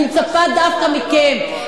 אני מצפה דווקא מכם,